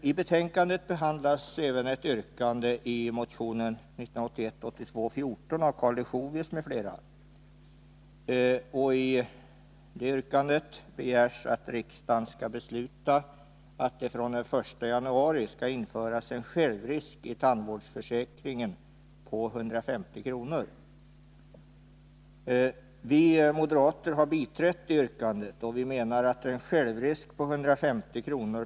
I betänkandet behandlas även ett yrkande i motionen 1981/82:14 av Karl Leuchovius m.fl., i vilket begärs att riksdagen skall besluta att det från den 1 januari skall införas en självrisk i tandvårdsförsäkringen på 150 kr. Vi moderater har biträtt det yrkandet, då vi menar att en självrisk på 150 kr.